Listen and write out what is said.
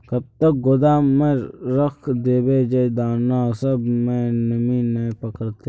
कब तक गोदाम में रख देबे जे दाना सब में नमी नय पकड़ते?